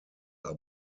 are